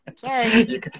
Sorry